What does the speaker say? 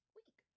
week